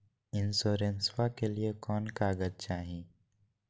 इंसोरेंसबा के लिए कौन कागज चाही?